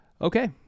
Okay